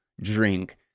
drink